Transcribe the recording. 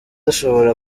ashobora